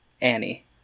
Annie